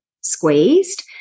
squeezed